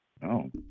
No